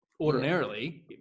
Ordinarily